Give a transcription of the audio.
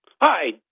Hi